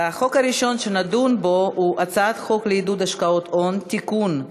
והצעת החוק הראשונה שנדון בה היא הצעת חוק לעידוד השקעות הון (תיקון,